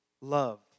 love